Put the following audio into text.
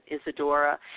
Isadora